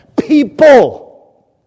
People